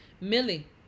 Millie